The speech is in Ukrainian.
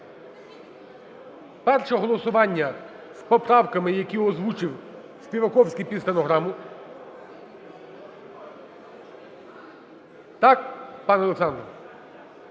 перше голосування з поправками, які озвучив Співаковський під стенограму. Так, пане Олександр?